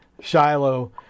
Shiloh